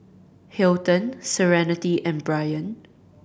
Hilton Serenity and Bryan